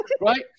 right